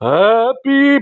happy